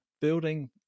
building